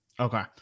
okay